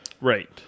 Right